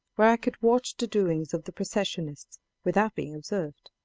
where i could watch the doings of the processionists without being observed.